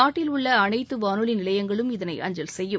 நாட்டில் உள்ள அனைத்து வானொலி நிலையங்களும் இதனை அஞசல் செய்யும்